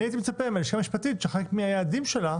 אני הייתי מצפה מהלשכה המשפטית שחלק מהיעדים שלה